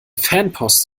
fanpost